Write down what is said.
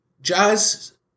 jazz